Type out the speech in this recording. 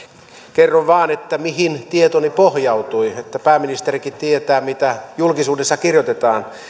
kerron vain mihin tietoni pohjautui että pääministerikin tietää mitä julkisuudessa kirjoitetaan